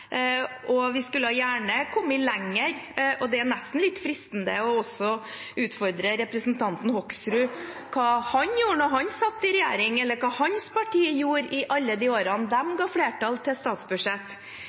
Vi skulle gjerne kommet lenger, og det er nesten litt fristende å utfordre representanten Hoksrud på hva han gjorde da han satt i regjering, eller hva hans parti gjorde i alle de årene